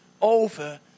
over